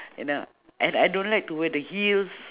and uh and I don't like to wear the heels